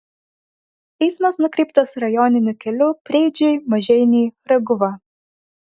eismas nukreiptas rajoniniu keliu preidžiai maženiai raguva